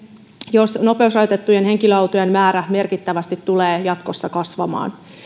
jos nopeusrajoitettujen henkilöautojen määrä merkittävästi tulee jatkossa kasvamaan